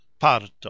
parto